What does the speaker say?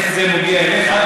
איך זה מגיע אליה,